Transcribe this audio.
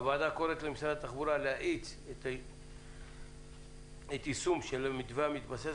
הוועדה קוראת למשרד התחבורה להאיץ את יישום המתווה המתבסס